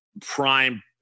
Prime